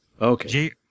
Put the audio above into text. okay